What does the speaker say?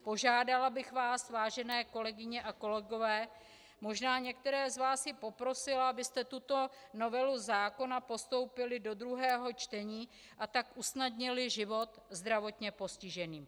Požádala bych vás, vážené kolegyně a kolegové, možná i některé z vás i poprosila, abyste tuto novelu zákona postoupili do druhého čtení, a tak usnadnili život zdravotně postižených.